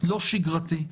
לא שגרתי,